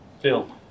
phil